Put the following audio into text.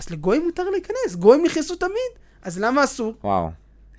אז לגויים מותר להיכנס, גויים נכנסו תמיד, אז למה אסור? וואו.